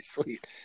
sweet